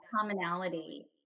commonality